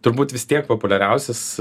turbūt vis tiek populiariausias